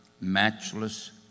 matchless